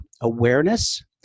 awareness